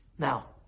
Now